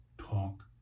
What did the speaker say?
talk